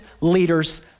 leader's